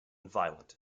violent